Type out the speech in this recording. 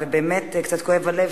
ובאמת קצת כואב הלב,